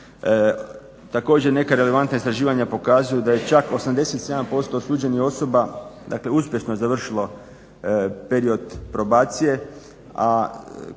Također neka relevantna istraživanja pokazuju da je čak 87% osuđenih osoba uspješno završilo period probacije,